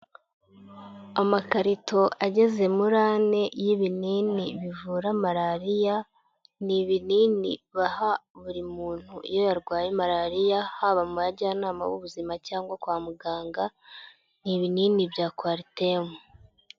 Amakarito ageze muri ane y'ibinini bivura malariya, ni ibinini baha buri muntu iyo yarwaye malariya haba mu bajyanama b'ubuzima cyangwa kwa muganga, ni binini bya coartem.